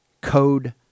Code